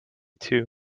two